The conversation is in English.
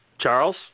Charles